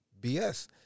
BS